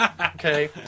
Okay